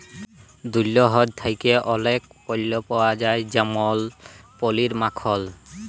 দুহুদ থ্যাকে অলেক পল্য পাউয়া যায় যেমল পলির, মাখল